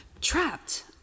trapped